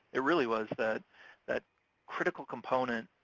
it really was that that critical component,